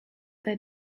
their